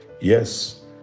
Yes